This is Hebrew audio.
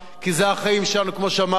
כמו שאמר חבר הכנסת דב חנין,